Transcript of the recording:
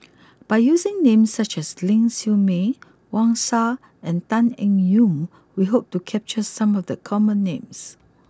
by using names such as Ling Siew May Wang Sha and Tan Eng Yoon we hope to capture some of the common names